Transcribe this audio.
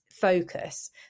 focus